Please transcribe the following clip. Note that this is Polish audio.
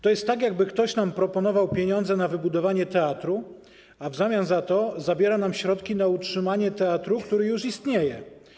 To jest tak, jakby ktoś nam proponował pieniądze na wybudowanie teatru, a w zamian za to zabierał nam środki na utrzymanie teatru, który już istnieje.